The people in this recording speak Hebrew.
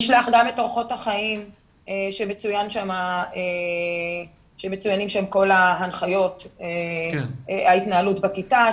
נשלח גם את אורחות החיים שבהן מצוינות כל ההנחיות וההתנהלות בכיתה.